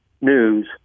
news